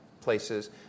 places